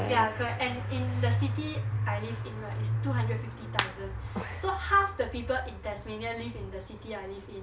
ya correct and in the city I lived in right it's two hundred and fifty thousand so half the people in tasmania live in the city I lived in